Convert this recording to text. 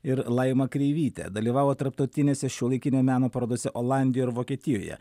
ir laima kreivyte dalyvavo tarptautinėse šiuolaikinio meno parodose olandijoj ir vokietijoje